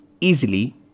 easily